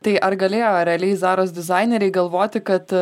tai ar galėjo realiai zaros dizaineriai galvoti kad